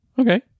okay